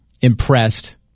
impressed